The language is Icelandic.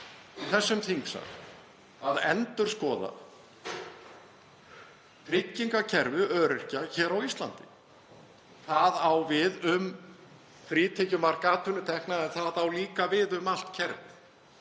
í þessum þingsal að endurskoða tryggingakerfi öryrkja á Íslandi. Það á við um frítekjumark atvinnutekna en það á líka við um allt kerfið.